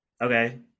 okay